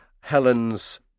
Helen's